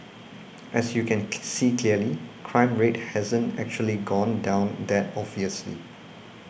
as you can see clearly crime rate hasn't actually gone down that obviously